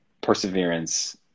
perseverance